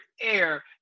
Air